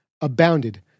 abounded